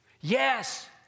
Yes